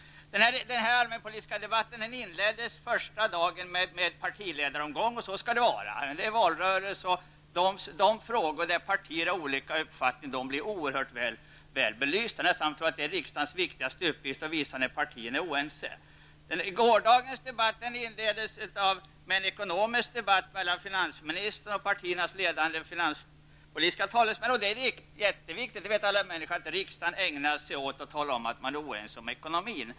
Den här allmänpolitiska debatten inleddes första dagen med en partiledaromgång. Så skall det vara. Det är valrörelse och de frågor som partierna har olika uppfattning om blir oerhört väl belysta. Man tror nästan att det är riksdagens viktigaste uppgift att visa när partierna är oense. Gårdagens debatt inleddes med en ekonomisk debatt mellan finansministern och partiernas ledande finanspolitiska talesmän. Det är jätteviktigt. Alla människor vet att riksdagen ägnar sig åt och talar om att man är oense om ekonomin.